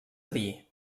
dir